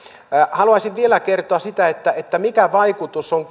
haluaisin vielä kertoa siitä mikä vaikutus on